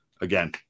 again